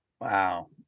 wow